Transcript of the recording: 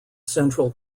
central